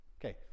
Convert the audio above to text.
Okay